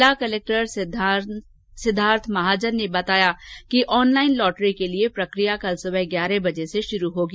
जिला कलक्टर सिद्धार्थ महाजन ने बताया कि ऑनलाईन लॉटरी के लिए प्रक्रिया कल सुबह ग्यारह बजे शुरू होगी